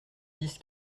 dix